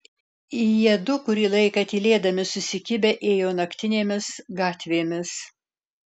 jiedu kurį laiką tylėdami susikibę ėjo naktinėmis gatvėmis